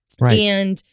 Right